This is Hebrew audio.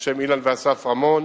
על שם אילן ואסף רמון,